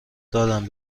داد